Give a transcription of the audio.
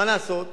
מה לעשות?